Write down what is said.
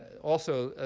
also,